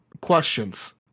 questions